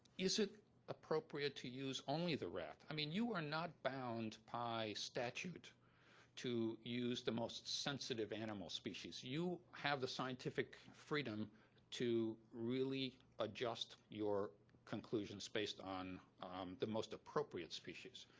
is it appropriate to use only the rat? i mean, you are not bound by statute to use the most sensitive animal species you have the scientific freedom to really adjust your conclusions based on the most appropriate species.